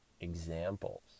examples